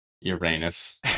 Uranus